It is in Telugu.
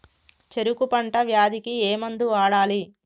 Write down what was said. చెరుకు పంట వ్యాధి కి ఏ మందు వాడాలి?